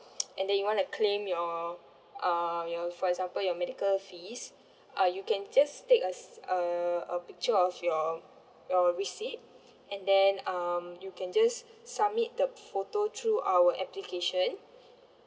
and then you want to claim your um your for example your medical fees uh you can just take a a a picture of your um your receipt and then um you can just submit the photo through our application